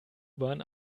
bahn